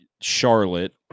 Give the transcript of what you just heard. Charlotte